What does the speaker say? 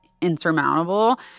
insurmountable